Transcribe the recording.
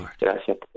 Gracias